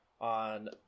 on